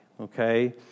okay